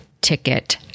ticket